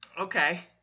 Okay